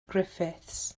griffiths